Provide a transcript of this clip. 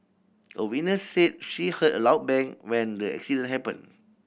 a witness said she heard a loud bang when the accident happened